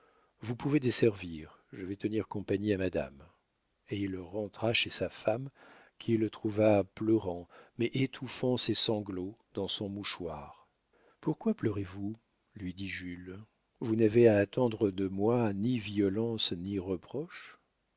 vous pouvez desservir je vais tenir compagnie à madame et il rentra chez sa femme qu'il trouva pleurant mais étouffant ses sanglots dans son mouchoir pourquoi pleurez-vous lui dit jules vous n'avez à attendre de moi ni violences ni reproches